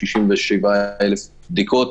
נעשו 67,000 בדיקות.